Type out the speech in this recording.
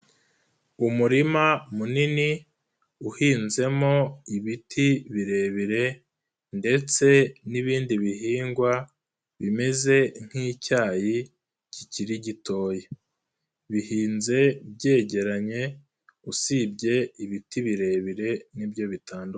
Umurima munini uhinzemo ibiti birebire ndetse n'ibindi bihingwa bimeze nk'icyayi kikiri gitoya. Bihinze byegeranye usibye ibiti birebire nibyo bitandukanye.